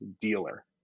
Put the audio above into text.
dealer